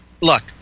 look